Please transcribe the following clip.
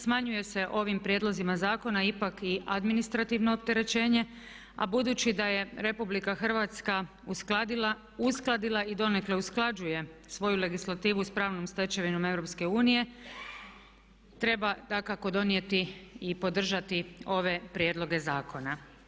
Smanjuje se ovim prijedlozima zakona ipak i administrativno opterećenje a budući da je RH uskladila i donekle usklađuje svoju legislativu s pravnom stečevinom EU treba dakako donijeti i podržati ove prijedloge zakona.